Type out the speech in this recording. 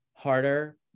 harder